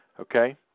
Okay